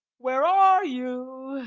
where are you?